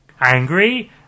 angry